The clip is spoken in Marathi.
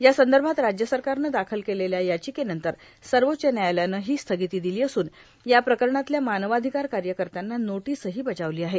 यासंदर्भात राज्यसरकारनं दाखल केलेल्या याचिकेनंतर सर्वोच्च न्यायालयानं ही स्थगिती दिली असून या प्रकरणातल्या मानवाधिकार कार्यकर्त्यांना नोटीसही बजावली आहे